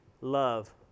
love